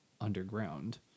underground